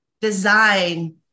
design